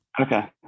Okay